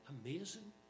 amazing